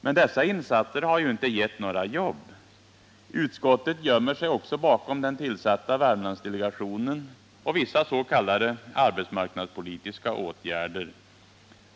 Men dessa insatser har ju inte gett några jobb. Utskottet gömmer sig också bakom den tillsatta Värmlandsdelegationen och vissas.k. arbetsmarknadspolitiska åtgärder.